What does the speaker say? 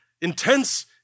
intense